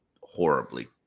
horribly